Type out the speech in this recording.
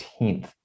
18th